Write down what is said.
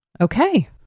okay